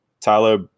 Tyler